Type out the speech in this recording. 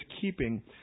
keeping